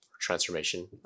transformation